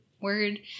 word